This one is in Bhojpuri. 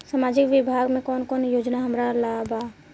सामाजिक विभाग मे कौन कौन योजना हमरा ला बा?